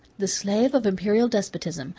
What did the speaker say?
the slave of imperial despotism,